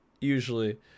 usually